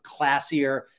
classier